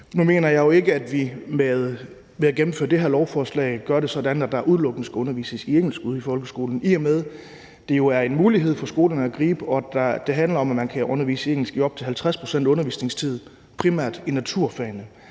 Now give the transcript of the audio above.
Nu mener jeg jo ikke, at vi ved at gennemføre det her lovforslag gør det sådan, at der udelukkende skal undervises på engelsk ude i folkeskolen, i og med at det er en mulighed for skolerne at gribe, og at det handler om, at man kan undervise på engelsk i op til 50 pct. af undervisningstiden, primært i naturfagene.